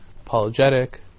apologetic